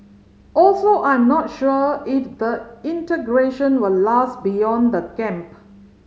also I'm not sure if the integration will last beyond the camp